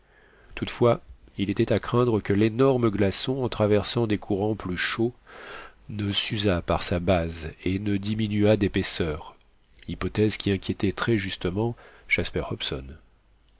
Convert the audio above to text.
toutefois il était à craindre que l'énorme glaçon en traversant des courants plus chauds ne s'usât par sa base et ne diminuât d'épaisseur hypothèse qui inquiétait très justement jasper hobson